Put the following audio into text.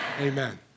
Amen